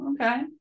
okay